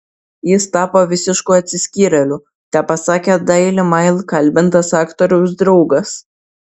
jis tapo visišku atsiskyrėliu tepasakė daily mail kalbintas aktoriaus draugas